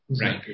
Right